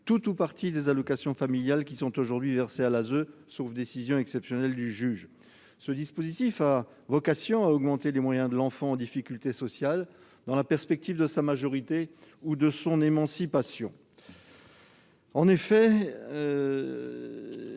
tout ou partie des allocations familiales qui sont aujourd'hui versées à l'ASE, sauf décision exceptionnelle du juge. Ce dispositif a vocation à augmenter les moyens de l'enfant en difficulté sociale, dans la perspective de sa majorité ou de son émancipation. Rappelons